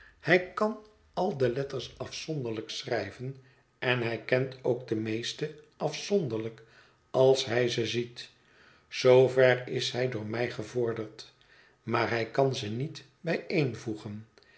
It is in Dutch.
hij kan al de letters afzonderlijk schrijven en hij kent ook de meeste afzonderlijk als hij ze ziet zoover is hij door mij gevorderd maar hij kan ze niet